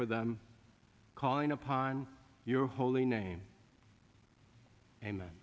for them calling upon your holy name a